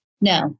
no